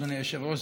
אדוני היושב-ראש,